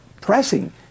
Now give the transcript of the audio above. pressing